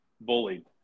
bullied